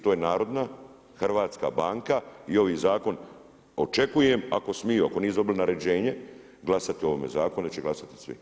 To je Narodna hrvatska banka i ovi zakon, očekujem ako smiju, ako nisu dobili naređenje glasati o ovome zakonu, da će glasati svi.